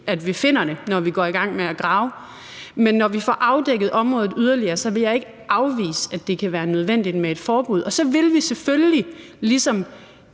at vi finder det, når vi går i gang med at grave, men når vi får afdækket området yderligere, vil jeg ikke afvise, at det kan være nødvendigt med et forbud, og så vil vi selvfølgelig ligesom